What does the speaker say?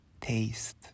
taste